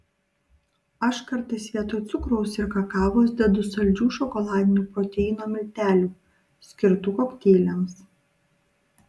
aš kartais vietoj cukraus ir kakavos dedu saldžių šokoladinių proteino miltelių skirtų kokteiliams